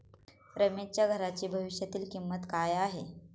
रमेशच्या घराची भविष्यातील किंमत काय आहे?